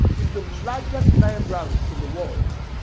is the largest library in the world.